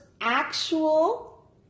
actual